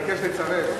עצמית),